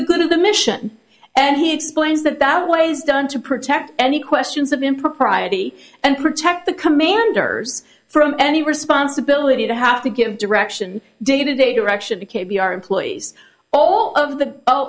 the good of the mission and he explains that that was done to protect any questions of impropriety and protect the commanders from any responsibility to have to give direction day to day direction to k b r employees all of the